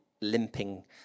limping